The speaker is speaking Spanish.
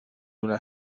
una